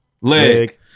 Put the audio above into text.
leg